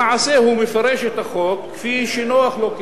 למעשה הוא מפרש את החוק כפי שנוח לו,